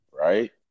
right